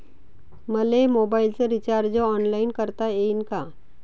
मले मोबाईलच recharge online करता येईन का?